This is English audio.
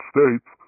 States